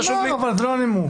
נאמר, אבל זה לא הנימוק.